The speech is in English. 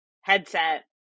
headset